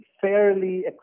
fairly